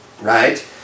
right